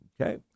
Okay